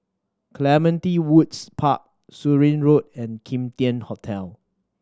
Clementi Woods Park Surin Road and Kim Tian Hotel